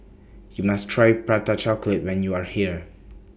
YOU must Try Prata Chocolate when YOU Are here